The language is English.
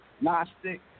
Gnostic